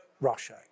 Russia